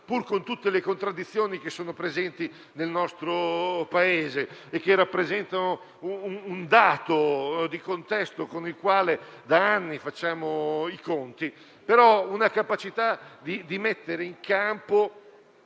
Pur con tutte le contraddizioni presenti nel nostro Paese, che rappresentano un dato di contesto con il quale da anni facciamo i conti, abbiamo messo in campo